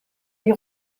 die